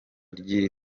ry’iri